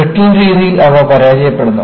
brittle രീതിയിൽ അവ പരാജയപ്പെടുന്നു